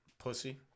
Pussy